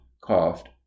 coughed